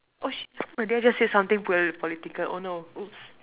oh shit did I just say something polit~ political oh no oops